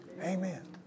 Amen